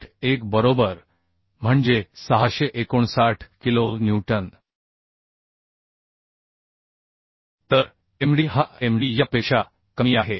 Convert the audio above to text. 1 बरोबर म्हणजे 659 kilo newton तर md हा md यापेक्षा कमी आहे